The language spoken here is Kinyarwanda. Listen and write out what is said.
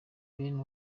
bene